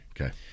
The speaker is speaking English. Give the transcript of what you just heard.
Okay